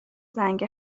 زنگ